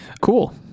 Cool